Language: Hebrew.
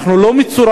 אנחנו לא מצורעים.